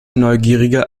neugierige